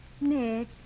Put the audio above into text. Nick